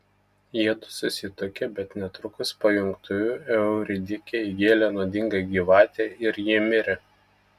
jiedu susituokė bet netrukus po jungtuvių euridikei įgėlė nuodinga gyvatė ir ji mirė